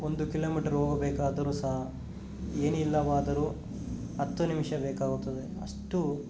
ಒಂದು ಕಿಲೋಮೀಟರ್ ಹೋಗಬೇಕಾದರೂ ಸಹ ಏನಿಲ್ಲವಾದರೂ ಹತ್ತು ನಿಮಿಷ ಬೇಕಾಗುತ್ತದೆ ಅಷ್ಟು